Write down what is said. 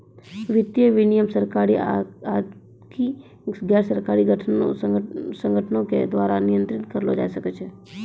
वित्तीय विनियमन सरकारी आकि गैरसरकारी संगठनो के द्वारा नियंत्रित करलो जाय सकै छै